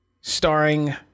starring